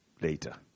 later